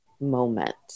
moment